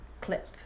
clip